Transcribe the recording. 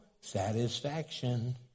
satisfaction